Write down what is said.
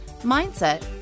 mindset